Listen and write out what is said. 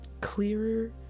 clearer